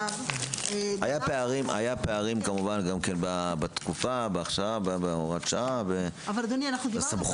היו פערים בתקופה, בהכשרה, בהוראת השעה, בסמכות.